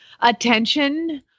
attention